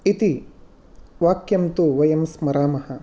इति वाक्यं तु वयं स्मरामः